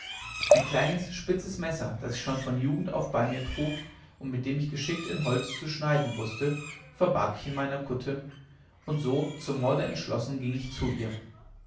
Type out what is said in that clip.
ein kleines spitzes messer das ich schon von jugend auf bei mir trug und mit dem ich geschickt in holz zu schneiden wußte verbarg ich in meiner kutte und so zum morde entschlossen ging ich zu ihr